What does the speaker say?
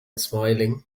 smiling